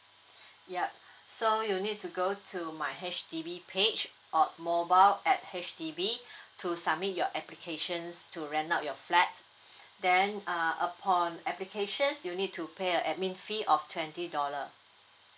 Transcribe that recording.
ya so you'll need to go to my H_D_B page or mobile app H_D_B to submit your applications to rent out your flat then uh upon applications you need to pay a admin fee of twenty dollar